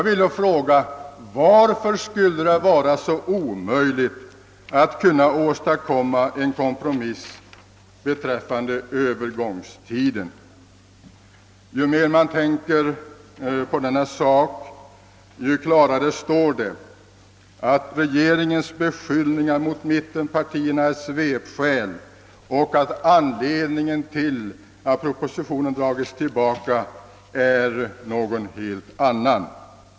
Varför skulle det då vara så omöjligt att åstadkomma en kompromiss beträffande övergångstiden? Ju mer man tänker på denna sak, desto klarare framstår regeringens beskyllningar mot mittenpartierna som svepskäl. Det är tydligt att anledningen till att propositionen dragits tillbaka är en helt annan.